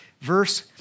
verse